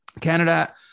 Canada